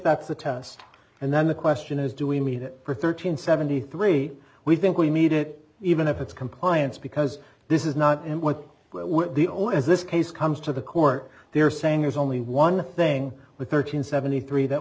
that's a test and then the question is do we need it for thirteen seventy three we think we need it even if it's compliance because this is not what the oil as this case comes to the court they're saying there's only one thing with thirteen seventy three that